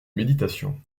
méditation